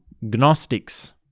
Gnostics